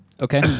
Okay